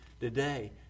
today